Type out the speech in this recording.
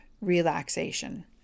relaxation